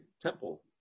temple